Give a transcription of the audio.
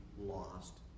lost